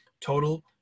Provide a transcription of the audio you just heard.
total